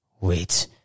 Wait